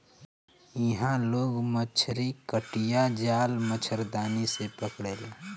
इहां लोग मछरी कटिया, जाल, मछरदानी से पकड़ेला